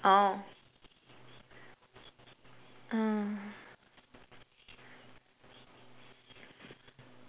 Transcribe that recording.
oh uh